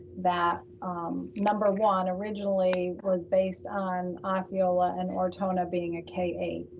that number one originally was based on osceola and ortona being a k eight.